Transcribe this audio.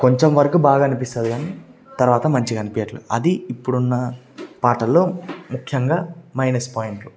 కొంచెం వరకు బాగా అనిపిస్తుంది కాని తరవాత మంచిగా అనిపియ్యట్లేదు అదీ ఇప్పుడున్న పాటల్లో ముఖ్యంగా మైనస్ పాయింట్లు